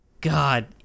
God